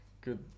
good